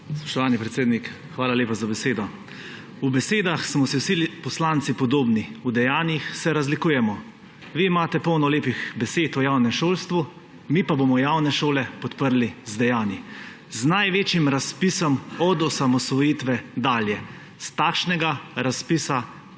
Spoštovani predsednik, hvala lepa za besedo. V besedah smo si vsi poslanci podobni, v dejanjih se razlikujemo. Vi imate polno lepih besed o javnem šolstvu, mi pa bomo javne šole podprli z dejanji, z največjim razpisom od osamosvojitve dalje. Takšnega razpisa